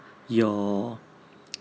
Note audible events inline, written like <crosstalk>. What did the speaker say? your <noise>